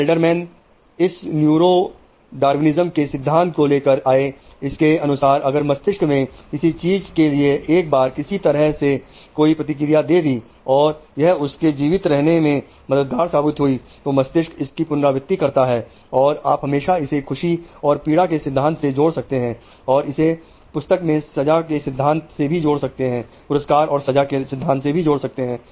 alderman के सिद्धांत को लेकर आए इसके अनुसार अगर मस्तिष्क में किसी चीज के लिए एक बार किसी तरह से कोई प्रतिक्रिया दे दी और यह उसके जीवित रहने में मददगार साबित हुई तो मस्तिष्क इसकी पुनरावृत्ति करता है और आप हमेशा इसे खुशी और पीड़ा के सिद्धांत से जोड़ सकते हैं और इसे पुरस्कार और सजा के सिद्धांत से भी जोड़ सकते हैं